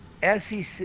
SEC